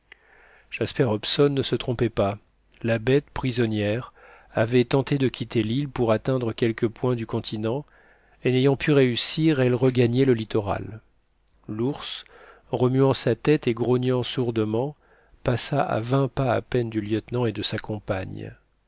jasper hobson ne se trompait pas la bête prisonnière avait tenté de quitter l'île pour atteindre quelque point du continent et n'ayant pu réussir elle regagnait le littoral l'ours remuant sa tête et grognant sourdement passa à vingt pas à peine du lieutenant et de sa compagne